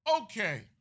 Okay